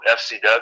FCW